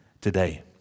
today